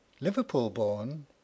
Liverpool-born